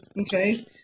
Okay